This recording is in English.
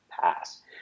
pass